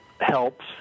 helps